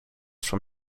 from